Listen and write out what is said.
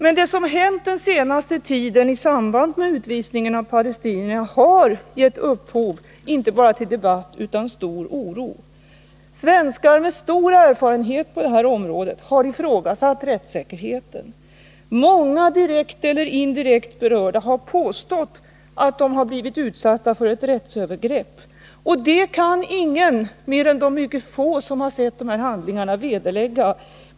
Men det som hänt den senaste tiden i samband med utvisningen av palestinierna har gett upphov inte bara till debatt utan också till stor oro. Svenskar med stor erfarenhet på detta område har ifrågasatt rättssäkerheten. Många direkt eller indirekt berörda har påstått att de har blivit utsatta för rättsövergrepp, och det kan ingen mer än de mycket få som har sett handlingarna vederlägga.